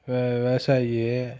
வெ விவசாயிக்கு